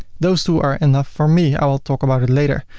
those two are enough for me. i will talk about it later.